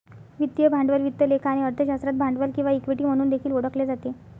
वित्तीय भांडवल वित्त लेखा आणि अर्थशास्त्रात भांडवल किंवा इक्विटी म्हणून देखील ओळखले जाते